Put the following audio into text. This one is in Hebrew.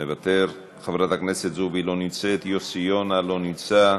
מוותר, חבר הכנסת יוסי יונה, לא נמצא,